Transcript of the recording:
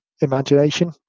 imagination